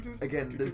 again